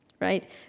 right